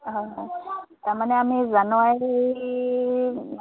হয় হয় তাৰমানে আমি জানুৱাৰী